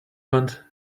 went